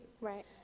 Right